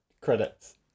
Credits